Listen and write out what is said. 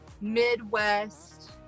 Midwest